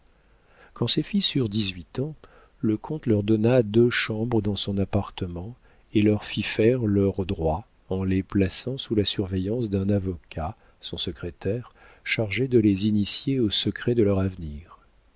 quand ses fils eurent dix-huit ans le comte leur donna deux chambres dans son appartement et leur fit faire leur droit en les plaçant sous la surveillance d'un avocat son secrétaire chargé de les initier aux secrets de leur avenir